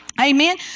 Amen